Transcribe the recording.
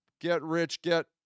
get-rich-get